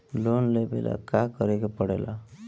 Loan लेबे ला का करे के पड़े ला?